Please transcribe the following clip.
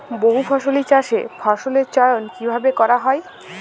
বহুফসলী চাষে ফসলের চয়ন কীভাবে করা হয়?